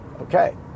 Okay